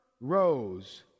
rose